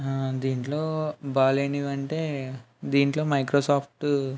దీంట్లో బాగాలేనివి అంటే దీంట్లో మైక్రోసాఫ్ట్